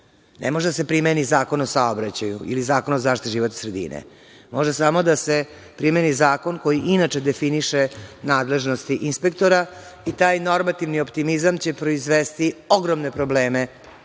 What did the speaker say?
Ne može da se primeni Zakon o saobraćaju ili Zakon o zaštiti životne sredine. Može samo da se primeni zakon koji inače definiše nadležnosti inspektora i taj normativni optimizam će proizvesti ogromne probleme